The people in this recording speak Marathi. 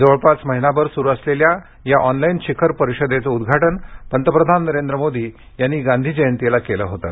जवळपास महिनाभर सुरू असलेल्या या ऑनलाईन शिखर परिषदेचं उद्घाटन पंतप्रधान नरेंद्र मोदी यांनी गांधी जयंतीला केलं होतं